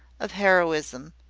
of heroism,